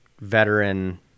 veteran